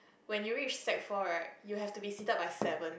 when you reach sec four right you have to be seated by seven